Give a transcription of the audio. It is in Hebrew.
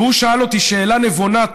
והוא שאל אותי שאלה נבונה,